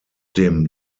dem